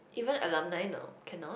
even alumni now cannot